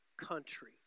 country